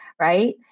Right